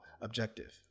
objective